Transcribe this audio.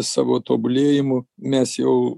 savo tobulėjimu mes jau